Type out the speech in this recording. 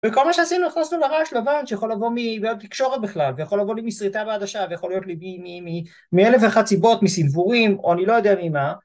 וכל מה שעשינו היכנסו לרעש לבן שיכול לבוא מהקשורת בכלל ויכול לבוא מסריטה בהדשה ויכול להיות מאלף וחצי סיבות מסיבורים או אני לא יודע ממה